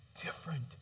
different